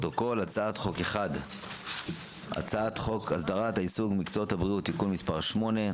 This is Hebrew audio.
הצעת חוק הסדרת העיסוק במקצועות הבריאות (תיקון מס' 8)